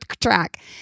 track